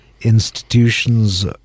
institutions